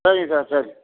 சரிங்க சார் சரி